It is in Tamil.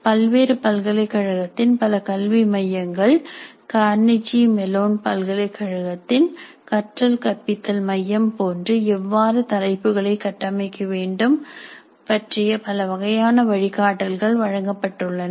பல்வேறு பல்கலைக்கழகத்தின் பல கல்வி மையங்கள் Carnegie Mellon பல்கலைகழகத்தின் கற்றல் கற்பித்தல் மையம் போன்று எவ்வாறு தலைப்புகளை கட்டமைக்க வேண்டும் பற்றிய பல வகையான வழிகாட்டல்கள் வழங்கப்பட்டுள்ளன